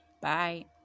Bye